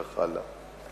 וכך הלאה.